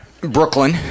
Brooklyn